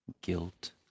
guilt